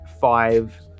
five